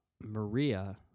Maria